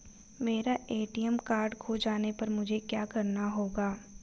मेरा ATM card खो जाने पर मुझे क्या करना होगा?